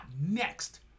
next